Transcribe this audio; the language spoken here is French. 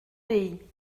pays